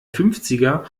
fünfziger